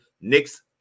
Knicks